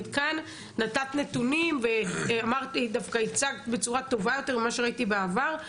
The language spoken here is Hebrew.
נתת נתונים ודווקא הצגת בצורה טובה יותר ממה שראיתי בעבר,